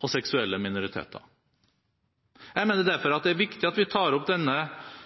og seksuelle minoriteter. Jeg mener derfor det er viktig at